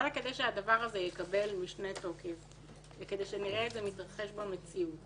נקווה שהדבר הזה יקבל משנה תוקף וכדי שנראה את זה מתרחש במציאות